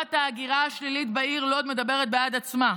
מגמת ההגירה השלילית בעיר לוד מדברת בעד עצמה.